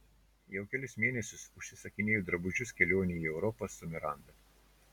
jau kelis mėnesius užsisakinėju drabužius kelionei į europą su miranda